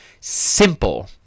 simple